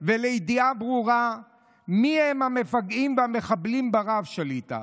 ולידיעה ברורה מיהם המפגעים והמחבלים ברב שליט"א,